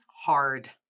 hard